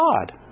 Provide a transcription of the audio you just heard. God